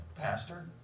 Pastor